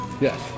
Yes